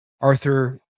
Arthur